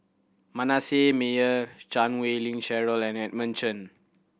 Manasseh Meyer Chan Wei Ling Cheryl and Edmund Chen